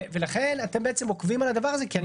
לכן אתם עוקבים אחרי הדבר הזה.